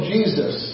Jesus